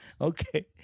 Okay